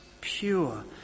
pure